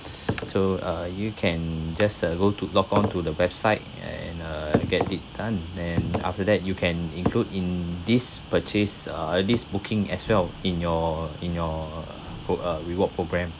so uh you can just uh go to log on to the website and uh get it done and after that you can include in this purchase uh this booking as well in your in your ho~ uh reward program